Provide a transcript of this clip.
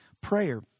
prayer